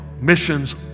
Missions